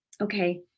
okay